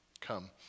come